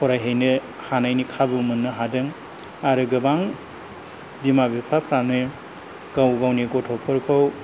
फरायहैनो हानायनि खाबु मोननो हादों आरो गोबां बिमा बिफाफ्रानो गाव गावनि गथ'फोरखौ